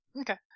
Okay